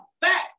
back